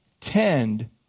tend